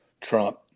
Trump